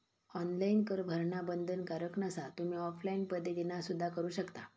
online कर भरणा बंधनकारक नसा, तुम्ही ऑफलाइन पद्धतीना सुद्धा करू शकता